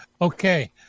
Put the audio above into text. Okay